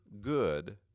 good